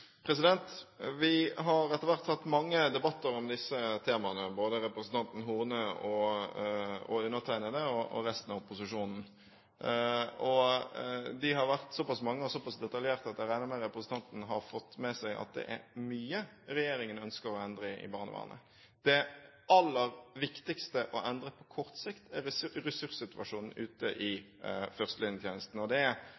Vi har etter hvert hatt mange debatter om disse temaene, både representanten Horne og undertegnede og resten av opposisjonen, og de har vært såpass mange og såpass detaljerte at jeg regner med at representanten har fått med seg at det er mye regjeringen ønsker å endre i barnevernet. Det aller viktigste å endre på kort sikt er ressurssituasjonen ute